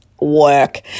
work